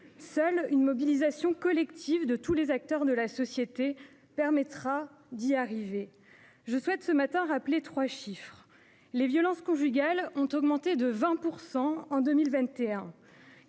seule une mobilisation collective de tous les acteurs de la société permettra d'y arriver. Je souhaite ce matin rappeler trois chiffres : les violences conjugales ont augmenté de 20 % en 2021.